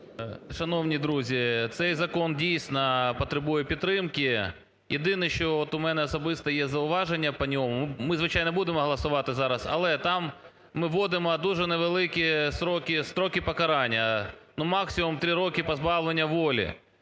Шановні друзі, цей закон дійсно потребує підтримки. Єдине, що от у мене особисто є зауваження по ньому. Ми, звичайно, будемо голосувати зараз, але там ми вводимо дуже невеликі строки покарання, ну, максимум 3 роки позбавлення волі,